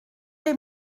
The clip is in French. les